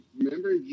remember